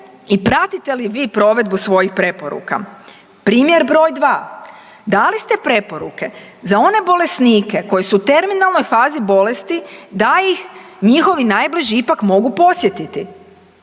i pratite li vi provedbu svojih preporuka? Primjer broj dva, da li ste preporuke za one bolesnike koji su u terminalnoj fazi bolesti da ih njihovi najbliži ipak mogu posjetiti.